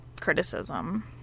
criticism